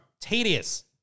tedious